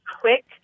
quick